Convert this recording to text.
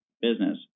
business